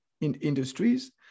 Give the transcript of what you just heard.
industries